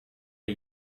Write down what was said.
are